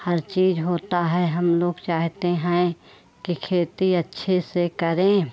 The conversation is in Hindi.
हर चीज़ होती है हम लोग चाहते हैं कि खेती अच्छे से करें